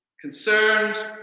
concerned